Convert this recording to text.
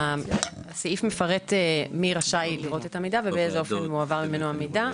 הסעיף מפרט מי רשאי לראות את המידע ובאיזה אופן מועבר ממנו המידע,